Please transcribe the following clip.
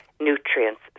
nutrients